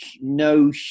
no